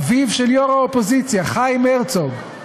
אביו של יושב-ראש האופוזיציה חיים הרצוג,